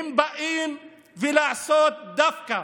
באים לעשות דווקא.